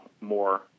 more